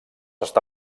està